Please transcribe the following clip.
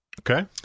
Okay